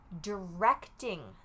directing